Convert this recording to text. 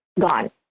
gone